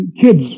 Kids